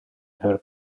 her